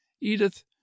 edith